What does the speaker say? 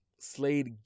Slade